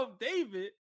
David